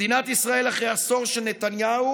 מדינת ישראל אחרי עשור של נתניהו